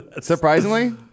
Surprisingly